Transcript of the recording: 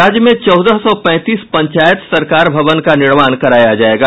राज्य में चौदह सौ पैंतीस पंचायत सरकार भवन का निर्माण कराया जायेगा